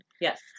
Yes